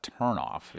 turnoff